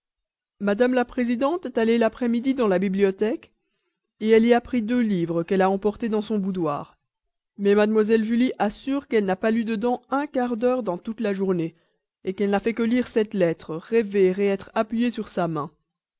mme la présidente est allée l'après-midi dans la bibliothèque elle y a pris deux livres qu'elle a emportés dans son boudoir mais mlle julie assure qu'elle n'a pas lu dedans un quart d'heure dans toute la journée qu'elle n'a fait que lire cette lettre rêver être appuyée sur sa main